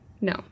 no